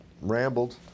rambled